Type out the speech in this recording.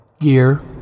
gear